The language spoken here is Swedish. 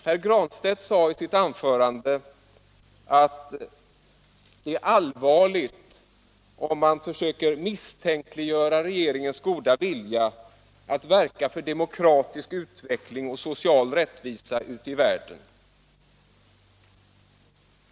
Herr Granstedt sade i sitt anförande att det är allvarligt om man försöker misstänkliggöra regeringens goda vilja att verka för demokratisk utveckling och social rättvisa ute i världen.